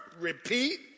repeat